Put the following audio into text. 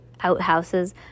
outhouses